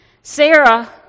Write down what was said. Sarah